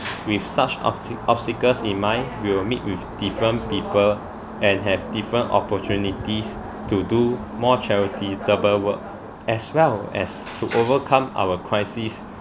with such obs~ obstacles in mind we will meet with different people and have different opportunities to do more charity double work as well as to overcome our crisis